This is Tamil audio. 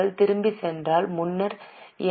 நீங்கள் திரும்பிச் சென்றால் முன்னர் என்